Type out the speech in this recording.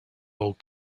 old